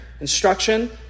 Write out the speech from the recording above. instruction